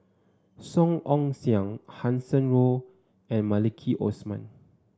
Song Ong Siang Hanson Ho and Maliki Osman